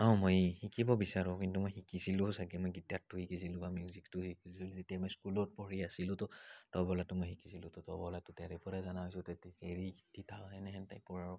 অঁ মই শিকিব বিচাৰোঁ কিন্তু মই শিকিছিলোঁও ছাগৈ মই গীতাৰটো শিকিছিলোঁ বা মিউজিকটো শিকিছিলোঁ যেতিয়া মই স্কুলত পঢ়ি আছিলোঁ তো তবলাটো মই শিকিছিলোঁ তো তবলাটো তাৰে পৰাই জনা হৈছোঁ তাতে শিকি থকাখিনি সিহঁতে